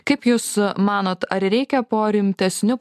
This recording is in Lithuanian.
kaip jūs manot ar reikia po rimtesniu